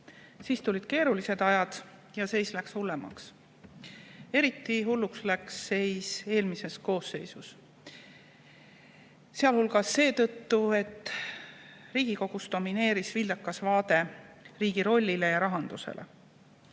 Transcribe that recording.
Siis tulid keerulised ajad ja seis läks hullemaks. Eriti hulluks läks seis eelmises koosseisus, sealhulgas seetõttu, et Riigikogus domineeris vildakas vaade riigi rollile ja rahandusele.